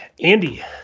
Andy